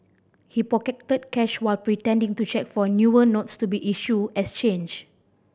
he pocketed cash while pretending to check for newer notes to be issued as change